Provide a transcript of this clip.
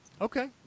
Okay